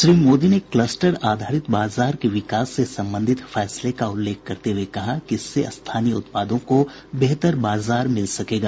श्री मोदी ने कलस्टर आधारित बाजार के विकास से संबंधित फैसले का उल्लेख करते हुए कहा कि इससे स्थानीय उत्पादों को बेहतर बाजार मिल सकेगा